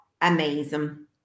amazing